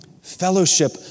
fellowship